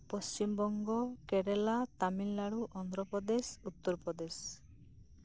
Paschimbanga Kerala Tamil Nadu Andhra Pradesh Uttar Pradesh